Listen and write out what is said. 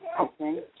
Okay